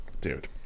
Dude